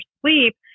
sleep